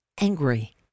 angry